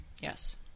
Yes